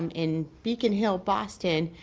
in beacon hill, boston.